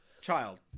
Child